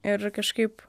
ir kažkaip